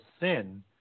sin